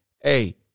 Hey